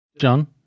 John